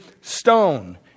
stone